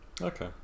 okay